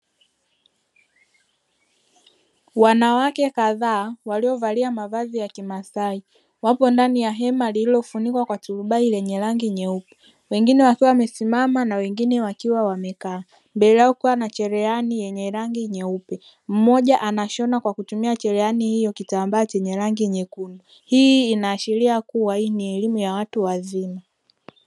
Wanawake kadhaa waliovalia mavazi ya kimasai wapo ndani ya hema lililofunikwa kwa turubai lenye rangi nyeupe. Wengine wakiwa wamesimama na wengine wakiwa wamekaa, mbele yao kukiwa na cherehani yenye rangi nyeupe; mmoja anashona kwa kutumia chereheni hiyo kitambaa chenye rangi nyekundu. Hii inaashiria kuwa hii ni elimu ya watu wazima.